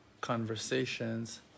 conversations